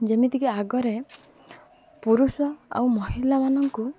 ଯେମିତିକି ଆଗରେ ପୁରୁଷ ଆଉ ମହିଳାମାନଙ୍କୁ